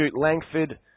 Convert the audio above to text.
Langford